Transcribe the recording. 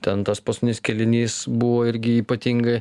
ten tas paskutinis kėlinys buvo irgi ypatingai